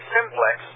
Simplex